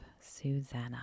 Susanna